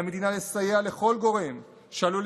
על המדינה לסייע לכל גורם שיכול,